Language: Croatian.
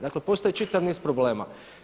Dakle, postoji čitav niz problema.